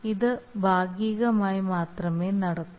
ഇത് ഭാഗികമായി മാത്രമേ നടക്കൂ